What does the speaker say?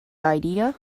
idea